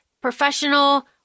professional